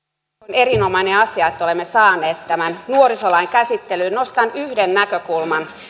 erinomainen asia että olemme saaneet tämän nuorisolain käsittelyyn nostan esille yhden näkökulman